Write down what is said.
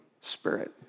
Spirit